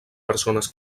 persones